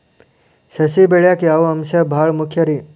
ಸಸಿ ಬೆಳೆಯಾಕ್ ಯಾವ ಅಂಶ ಭಾಳ ಮುಖ್ಯ ರೇ?